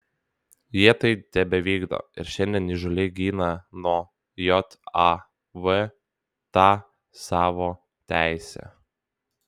jie tai tebevykdo ir šiandien įžūliai gina nuo jav tą savo teisę